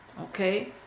okay